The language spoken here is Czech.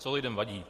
Co lidem vadí?